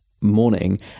morning